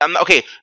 Okay